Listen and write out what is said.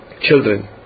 children